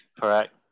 Correct